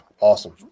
Awesome